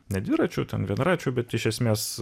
ne dviračių ten dviračių bet iš esmės